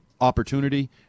opportunity